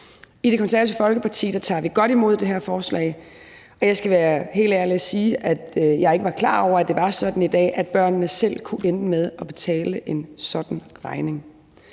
I Det Konservative Folkeparti tager vi godt imod det her forslag, og jeg skal være helt ærlig og sige, at jeg ikke var klar over, at det var sådan i dag, at børnene selv kunne ende med at betale en sådan regning.